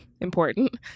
Important